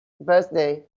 birthday